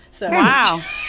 Wow